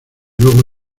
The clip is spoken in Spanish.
luego